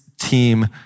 team